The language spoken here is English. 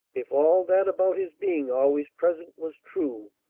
if all that about his being always present was true,